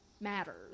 matters